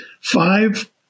five